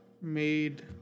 made